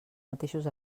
mateixos